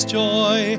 joy